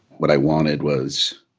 what i wanted was,